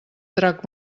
trac